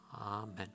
Amen